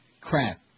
crap